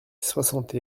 soixante